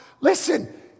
Listen